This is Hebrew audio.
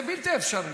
זה בלתי אפשרי.